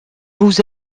vous